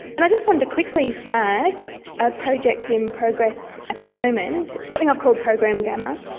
and i just wanted to quickly flag a project in progress at the moment, something i've called program gamma.